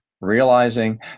realizing